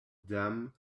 them